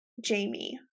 Jamie